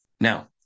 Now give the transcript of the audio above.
Now